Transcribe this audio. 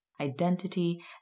identity